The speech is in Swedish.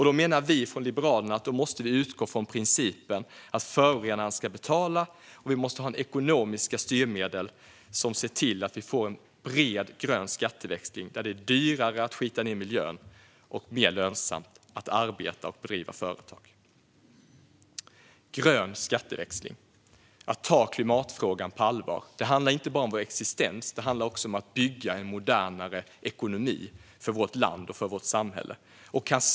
Då menar vi från Liberalerna att vi måste utgå från principen att förorenaren ska betala och att vi måste ha ekonomiska styrmedel som ser till att vi får en bred grön skatteväxling, som innebär att det är dyrare att skita ned miljön och mer lönsamt att arbeta och driva företag. Grön skatteväxling - att ta klimatfrågan på allvar - handlar inte bara om vår existens. Det handlar också om att bygga en modernare ekonomi för vårt land och för vårt samhälle.